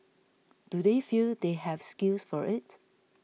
do they feel they have skills for it